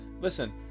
listen